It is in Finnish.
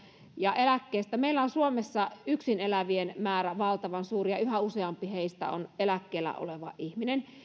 ja eläkkeistä meillä on suomessa yksin elävien määrä valtavan suuri ja yhä useampi heistä on eläkkeellä oleva ihminen